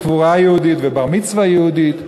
קבורה יהודית ובר-מצווה יהודי.